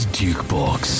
dukebox